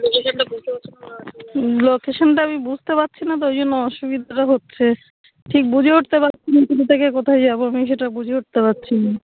লোকেশানটা আমি বুঝতে পারছি না তো ওই জন্য অসুবিধাটা হচ্ছে ঠিক বুঝে উঠতে পারছি না কোথা থেকে কোথায় যাবো আমি সেটা বুঝে উঠতে পারছি না